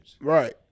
Right